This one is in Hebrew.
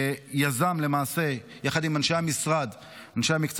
שיזם את הרפורמה יחד עם אנשי המקצוע במשרד,